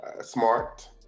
smart